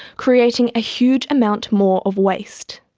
creating a huge amount more of waste.